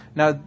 now